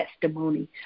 testimony